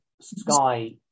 Sky